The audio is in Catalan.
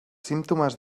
símptomes